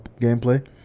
gameplay